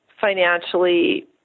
financially –